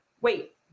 wait